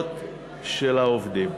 הזכויות של העובדים.